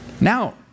now